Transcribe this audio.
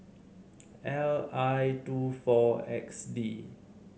L I two four X D